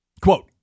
Quote